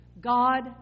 God